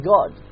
God